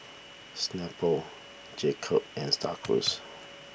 Snapple Jacob's and Star Cruise